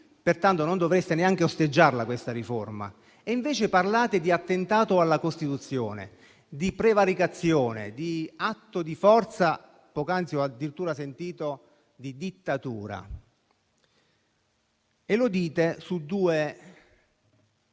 Pertanto, non dovreste neanche osteggiarle questa riforma e invece parlate di attentato alla Costituzione, di prevaricazione, di atto di forza, e poc'anzi ho addirittura sentito parlare di dittatura. E lo dite correndo